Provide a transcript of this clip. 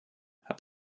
hat